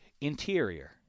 Interior